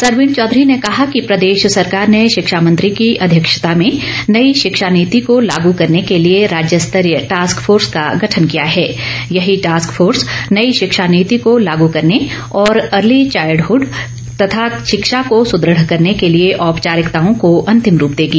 सरवीन चौधरी ने कहा कि प्रदेश सरकार ने शिक्षा मंत्री की अध्यक्षता में नई शिक्षा नीति को लागू करने के लिए राज्य स्तरीय टास्क फोर्स का गठन किया है यही टास्क फोर्स नई शिक्षा नीति को लागू करने और अर्ली चाइल्डहुड केयर तथा शिक्षा को सुदृढ़ करने के लिए औपचारिकताओं को अंतिम रूप देगी